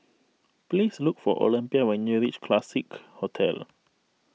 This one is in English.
please look for Olympia when you reach Classique Hotel